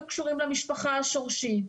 או שלא היו קשורים למשפחה השורשית.